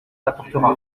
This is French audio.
n’apportera